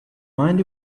mind